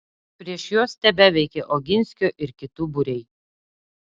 prieš juos tebeveikė oginskio ir kitų būriai